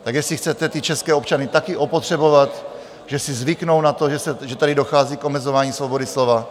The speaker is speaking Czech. Tak jestli chcete české občany také opotřebovat, že si zvyknou na to, že tady dochází k omezování svobody slova?